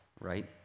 right